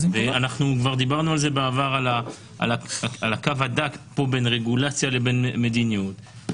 כבר דיברנו בעבר על הקו הדק בין רגולציה לבין מדיניות.